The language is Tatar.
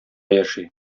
яши